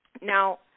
Now